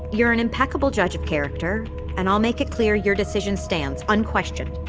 you're an impeccable judge of character and i'll make it clear your decision stands, unquestioned.